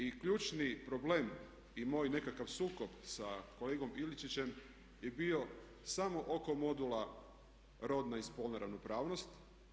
I ključni problem i moj nekakav sukob sa kolegom Ilčićem je bio samo oko modula Rodna i spolna ravnopravnost.